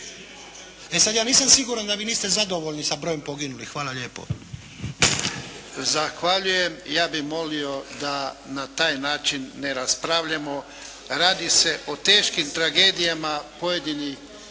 E sada ja nisam siguran da vi niste zadovoljni sa brojem poginulih. Hvala lijepo. **Jarnjak, Ivan (HDZ)** Zahvaljujem. Ja bih molio da na taj način ne raspravljamo. Radi se o teškim tragedijama onih